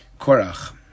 Korach